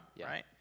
right